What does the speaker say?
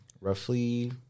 roughly